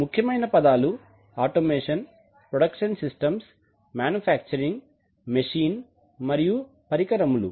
ముఖ్యమైన పదాలు automation production systems manufacturing machine మరియు పరికరములు